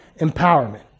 empowerment